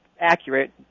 accurate